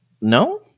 no